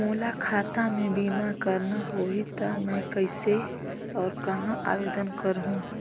मोला खाता मे बीमा करना होहि ता मैं कइसे और कहां आवेदन करहूं?